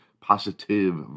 Positive